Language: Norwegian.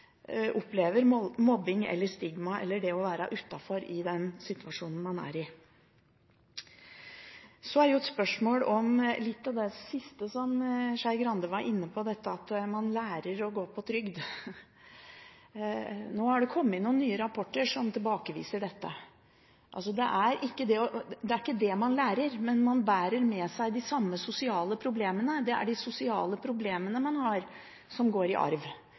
opplever mobbing, stigmatisering eller det å være utenfor i den situasjonen man er i. Det er så et spørsmål om litt av det siste som Skei Grande var inne på – dette at man lærer å gå på trygd. Det er nå kommet noen nye rapporter som tilbakeviser dette. Det er ikke dét man lærer – men man bærer med seg de samme sosiale problemene, det er de sosiale problemene man har, som går i arv.